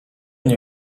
nie